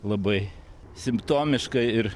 labai simptomiška ir